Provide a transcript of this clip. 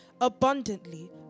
abundantly